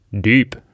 deep